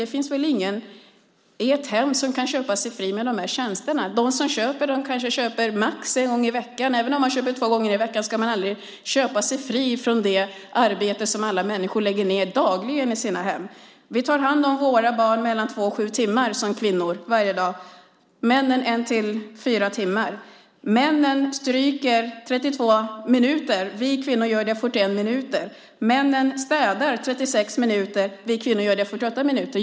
Det finns väl ingen i ett hem som kan köpa sig fri med dessa tjänster. De som köper dem kanske gör det max en gång i veckan, men inte heller den som köper en tjänst två gånger i veckan kan köpa sig fri från det arbete som alla människor dagligen lägger ned i sina hem. Kvinnor tar hand om sina barn mellan två och sju timmar varje dag. Männen gör det en till fyra timmar. Männen stryker i 32 minuter, och kvinnor gör det i 41 minuter. Männen städar i 36 minuter, och kvinnor städar i 48 minuter.